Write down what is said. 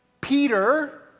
Peter